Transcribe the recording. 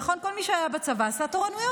נכון כל מי שהיה בצבא עשה תורנויות?